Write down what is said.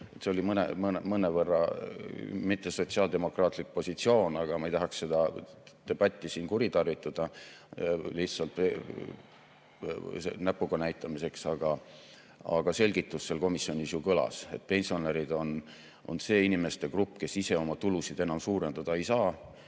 See oli mõnevõrra mittesotsiaaldemokraatlik positsioon. Ma ei tahaks seda debatti siin kuritarvitada lihtsalt näpuga näitamiseks, aga selgitus komisjonis ju kõlas. Pensionärid on see inimeste grupp, kes ise oma tulusid enam suurendada ei saa